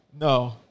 No